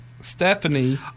Stephanie